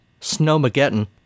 Snowmageddon